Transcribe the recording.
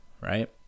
right